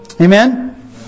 Amen